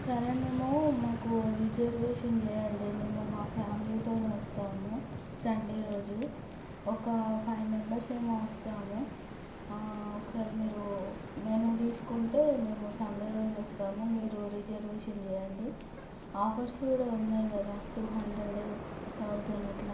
సరే మేము మాకు రిజర్వేషన్ చెయ్యండి మేము మా ఫ్యామిలీతోనే వస్తాము సండే రోజు ఒక ఫైవ్ మెంబెర్స్ ఏమో వస్తాము ఆ ఒకసారి మీరు మెనూ తీసుకుంటే మేము సండే రోజు వస్తాము మీరు రిజర్వేషన్ చెయ్యండి ఆఫర్స్ కూడా ఉన్నాయి కదా టూ హండ్రెడ్ థౌజండ్ అలా